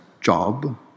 job